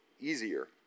easier